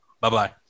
Bye-bye